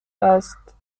است